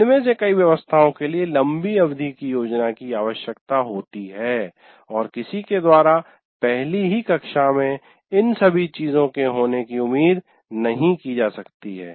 इनमें से कई व्यवस्थाओं के लिए लंबी अवधि की योजना की आवश्यकता होती है और किसी के द्वारा पहली ही कक्षा में इन सभी चीजों के होने की उम्मीद नहीं की जा सकती है